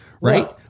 Right